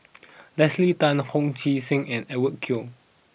Leslie Tay Hong Sek Chern and Edwin Koek